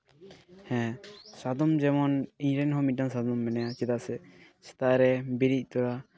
ᱦᱮᱸ ᱥᱟᱫᱚᱢ ᱡᱮᱢᱚᱱ ᱤᱧᱨᱮᱱ ᱦᱚᱸ ᱢᱤᱫᱴᱟᱝ ᱥᱟᱫᱚᱢ ᱢᱮᱱᱟᱭᱟ ᱪᱮᱫᱟᱜ ᱥᱮ ᱥᱮᱛᱟᱜ ᱵᱤᱨᱤᱫ ᱛᱚᱨᱟ